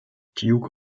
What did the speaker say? duke